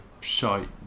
shite